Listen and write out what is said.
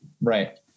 right